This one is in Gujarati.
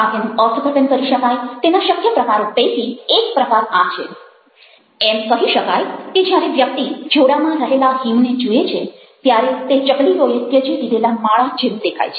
કાવ્યનું અર્થઘટન કરી શકાય તેના શક્ય પ્રકારો પૈકી એક પ્રકાર આ છે એમ કહી શકાય કે જ્યારે વ્યક્તિ જોડામાં રહેલા હિમને જુએ છે ત્યારે તે ચકલીઓએ ત્યજી દીધેલા માળા જેવું દેખાય છે